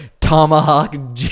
tomahawk